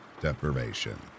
deprivation